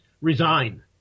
resign